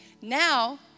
Now